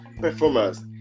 performance